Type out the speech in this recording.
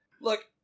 look